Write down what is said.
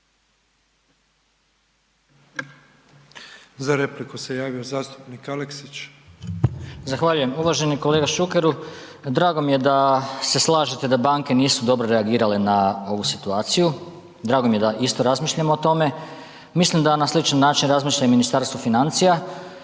Za repliku se javio zastupnik Aleksić. **Aleksić, Goran (SNAGA)** Zahvaljujem. Uvaženi kolega Šukeru, drago mi je da se slažete da banke nisu dobro reagirale na ovu situaciju. Drago mi je da isto razmišljamo o tome. Mislim da na sličan način razmišlja i Ministarstvo financija